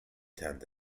tenth